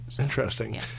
Interesting